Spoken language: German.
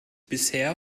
bisher